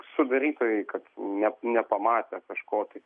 sudarytojai kad ne nepamatė kažko tai